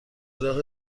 راه